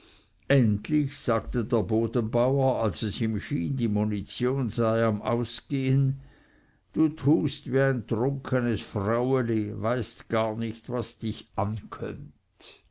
endlich sagte der bodenbauer als ihm schien die munition sei am ausgehen du tust wie ein trunkenes fraueli weiß gar nicht was dich ankömmt